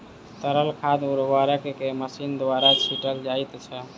तरल खाद उर्वरक के मशीन द्वारा छीटल जाइत छै